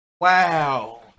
Wow